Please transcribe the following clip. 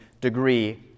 degree